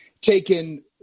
taken